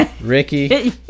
Ricky